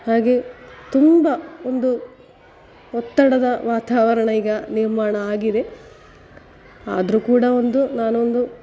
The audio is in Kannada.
ಹಾಗೆ ತುಂಬ ಒಂದು ಒತ್ತಡದ ವಾತಾವರಣ ಈಗ ನಿರ್ಮಾಣ ಆಗಿದೆ ಆದರೂ ಕೂಡ ಒಂದು ನಾನೊಂದು